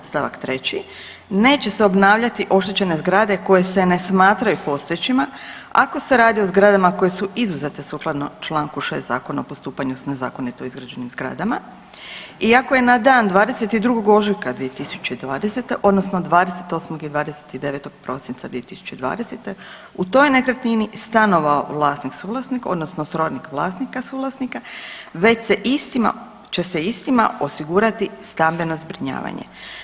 Stavak 3. Neće se obnavljati oštećene zgrade koje se ne smatraju postojećima ako se radi o zgradama koje su izuzete sukladno Članku 6. Zakona o postupanju s nezakonito izgrađenim zgradama i ako je na dan 22. ožujka 2020. odnosno 28. i 29. prosinca 2020. u toj nekretnini stanovao vlasnik, suvlasnik odnosno srodnik vlasnika, suvlasnika već se istima, će se istima osigurati stambeno zbrinjavanje.